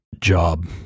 job